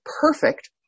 perfect